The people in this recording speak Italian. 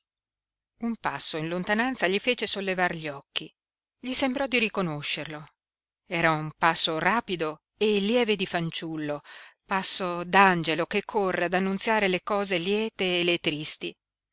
un passo in lontananza gli fece sollevar gli occhi gli sembrò di riconoscerlo era un passo rapido e lieve di fanciullo passo d'angelo che corre ad annunziare le cose liete e le tristi